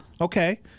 Okay